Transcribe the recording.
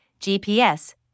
GPS